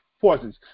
forces